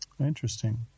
Interesting